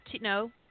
no